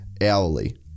hourly